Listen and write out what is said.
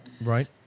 Right